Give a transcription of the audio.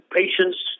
patients